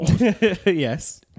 Yes